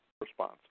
response